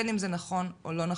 בין אם זה נכון ובין אם לא.